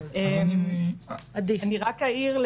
רק אעיר,